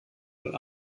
weil